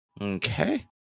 Okay